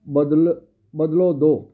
ਬਦਲ ਬਦਲੋ ਦਿਓ